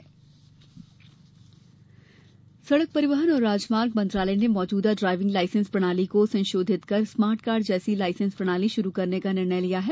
driving licence सड़क परिवहन और राजमार्ग मंत्रालय ने मौजूदा ड्राइविंग लाइसेंस प्रणाली को संशोधित कर स्मार्ट कार्ड जैसी लाइसेंस प्रणाली शुरू करने का निर्णय लिया है